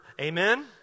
Amen